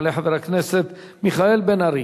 יעלה חבר הכנסת מיכאל בן-ארי,